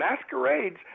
masquerades